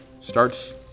starts